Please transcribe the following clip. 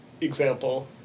example